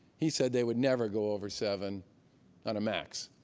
he said they would never go over seven on a max.